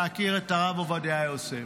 להכיר את הרב עובדיה יוסף.